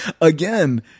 again